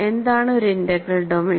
എന്താണ് ഒരു integral domain